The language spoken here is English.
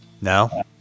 No